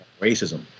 racism